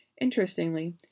Interestingly